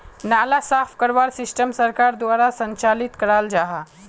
नाला साफ करवार सिस्टम सरकार द्वारा संचालित कराल जहा?